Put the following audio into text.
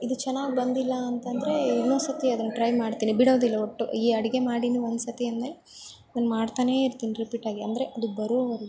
ಇದು ಚೆನ್ನಾಗ್ ಬಂದಿಲ್ಲ ಅಂತಂದರೆ ಇನ್ನೊಂದು ಸತಿ ಅದನ್ನು ಟ್ರೈ ಮಾಡ್ತೀನಿ ಬಿಡೋದಿಲ್ಲ ಒಟ್ಟು ಈ ಅಡಿಗೆ ಮಾಡಿನು ಒಂದ್ಸತಿ ಅಂದ್ಮೇಲೆ ಅದ್ನ ಮಾಡ್ತಾನೇ ಇರ್ತೀನಿ ರಿಪೀಟಾಗಿ ಅಂದರೆ ಅದು ಬರೋವರೆಗು